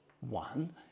One